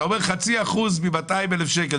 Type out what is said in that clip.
אתה אומר חצי אחוז מ-200,000 שקל,